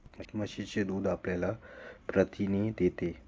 म्हशीचे दूध आपल्याला प्रथिने देते